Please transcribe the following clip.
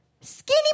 skinny